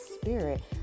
Spirit